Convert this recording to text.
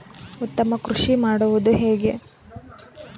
ಉತ್ತಮ ಕೃಷಿ ಮಾಡುವುದು ಹೇಗೆ?